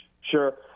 sure